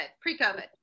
Pre-COVID